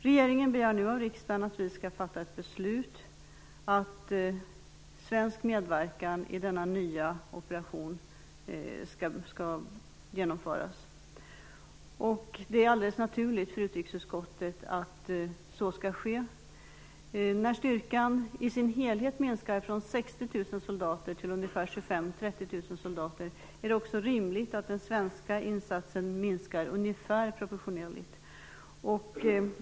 Regeringen begär nu av riksdagen att vi skall fatta ett beslut att svensk medverkan i denna nya operation skall genomföras. Det är alldeles naturligt för utrikesutskottet att så skall ske. När styrkan i sin helhet minskar från 60 000 soldater till ca 25 000-30 000 soldater är det också rimligt att den svenska insatsen minskar ungefär proportionerligt.